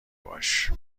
باش